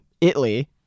Italy